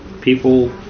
People